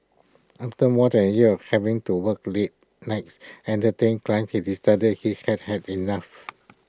after more than A year of having to work late nights and Entertain Clients he decided he had had enough